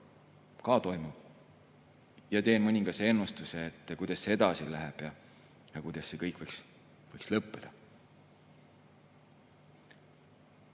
ka toimub. Teen mõningase ennustuse, kuidas see edasi läheb ja kuidas see kõik võiks lõppeda.